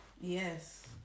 Yes